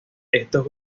estos